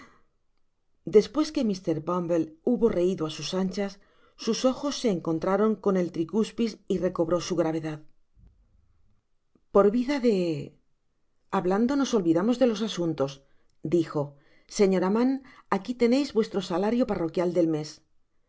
despues que mr bumble hubo reido á sus anchas sus ojos se encontraron con el tricuspis y recobró su gravedad por vida de hablando nos olvidamos de los asuntos dijo señora mann aqui teneis vuestro salario parroquial del mes esto